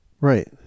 Right